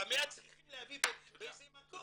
אבל 100 צריכים להביא לאיזה מקום.